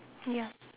ya